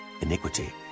iniquity